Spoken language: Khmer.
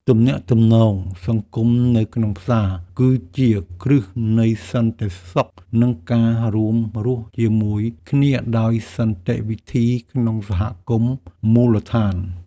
ទំនាក់ទំនងសង្គមនៅក្នុងផ្សារ គឺជាគ្រឹះនៃសន្តិសុខនិងការរួមរស់ជាមួយគ្នាដោយសន្តិវិធីក្នុងសហគមន៍មូលដ្ឋាន។